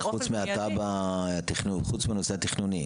חוץ מהתב"ע, התכנון,